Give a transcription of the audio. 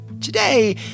Today